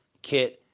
kit,